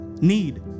need